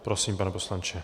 Prosím, pane poslanče.